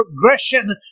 progression